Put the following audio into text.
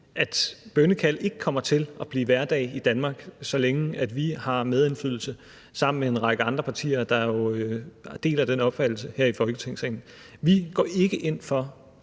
at bønnekald ikke kommer til at blive hverdag i Danmark, så længe vi har medindflydelse sammen med en række andre partier her i Folketinget, der deler den opfattelse. Vi går ikke ind for,